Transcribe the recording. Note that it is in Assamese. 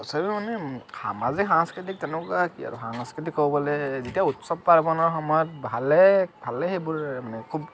তথাপিও মানে সামাজিক সাংস্কৃতিক তেনেকুৱা কি আৰু সাংস্কৃতিক ক'বলে যেতিয়া উৎসৱ পাৰ্বণৰ সময়ত ভালেই সেইবোৰ মানে খুব